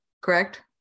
correct